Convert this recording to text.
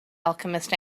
alchemist